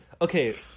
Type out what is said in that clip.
okay